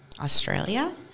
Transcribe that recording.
Australia